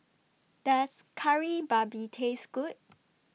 Does Kari Babi Taste Good